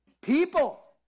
people